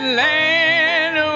land